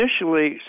initially